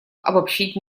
обобщить